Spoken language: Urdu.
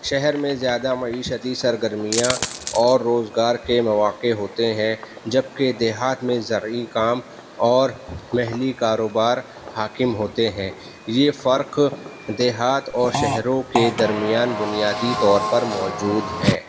شہر میں زیادہ معیشتی سرگرمیاں اور روزگار کے مواقع ہوتے ہیں جبکہ دیہات میں زرعی کام اور محلی کاروبار حاکم ہوتے ہیں یہ فرک دیہات اور شہروں کے درمیان بنیادی طور پر موجود ہے